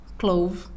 clove